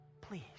please